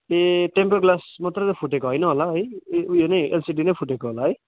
ए temper glass मात्रै त फुटेको होइन होला है उयो नै एलसिडी नै फुटेको होला है